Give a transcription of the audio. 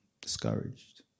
discouraged